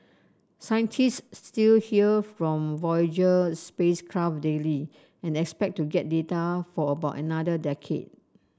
scientist still hear from Voyager spacecraft daily and expect to get data for about another decade